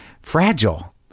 fragile